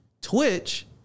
Twitch